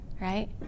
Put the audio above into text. right